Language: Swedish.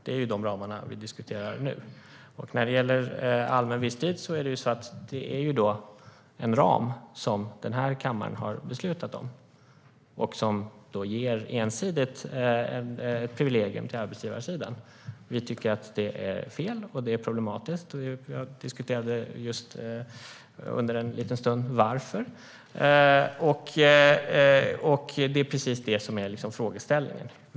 Det är de ramarna vi nu diskuterar. När det gäller allmän visstid är det en ram som kammaren har beslutat om. Den ger ensidigt ett privilegium till arbetsgivarsidan. Vi tycker att det är fel och problematiskt. Jag diskuterade här under en liten stund varför. Det är precis det som är frågeställningen.